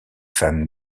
femme